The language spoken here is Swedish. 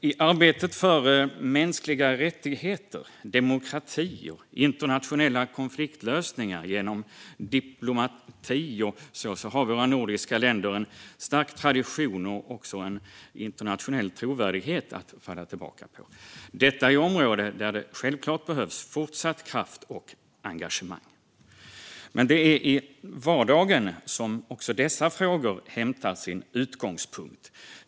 I arbetet för mänskliga rättigheter, demokrati och internationella konfliktlösningar genom diplomati har våra nordiska länder en stark tradition och också en internationell trovärdighet att falla tillbaka på. Detta är områden där det självklart behövs fortsatt kraft och engagemang. Men det är i vardagen som också dessa frågor har sin utgångspunkt.